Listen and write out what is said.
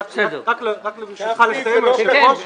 ברשותך, לסיים את הדברים.